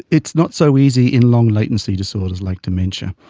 it's not so easy in long latency disorders like dementia.